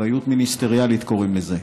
"אחריות מיניסטריאלית" קוראים לזה.